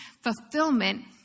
fulfillment